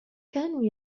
كانوا